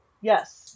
Yes